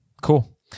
Cool